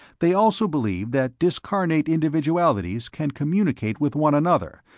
they also believe that discarnate individualities can communicate with one another,